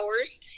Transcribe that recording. hours